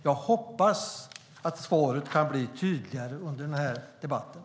Jag hoppas att svaret kan bli tydligare under debatten.